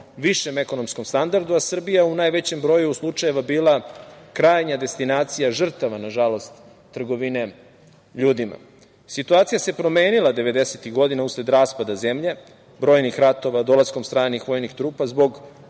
višem ekonomskom standardu, a Srbija u najvećem broju slučajeva bila krajnja destinacija žrtava, nažalost, trgovine ljudima. Situacija se promenila devedesetih godina usled raspada zemlje, brojnih ratova, dolaskom stranih vojnih trupa, zbog